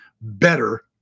better